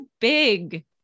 big